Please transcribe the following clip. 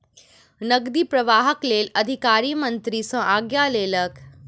नकदी प्रवाहक लेल अधिकारी मंत्री सॅ आज्ञा लेलक